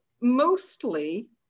mostly